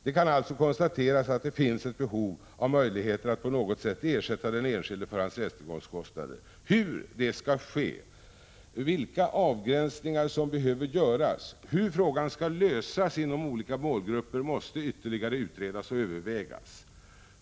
Det kan alltså konstateras att det finns behov av möjligheter att på något sätt ersätta den enskilde för hans rättegångskostnader. Hur det skall ske, vilka avgränsningar som behöver göras och hur frågan skall lösas inom olika målgrupper måste ytterligare utredas och övervägas.